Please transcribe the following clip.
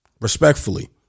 respectfully